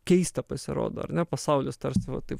keista pasirodo ar ne pasaulis tarsi va taip